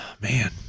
man